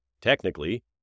technically